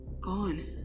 gone